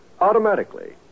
Automatically